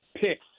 picks